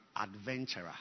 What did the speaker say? adventurer